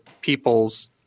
people's